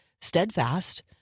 steadfast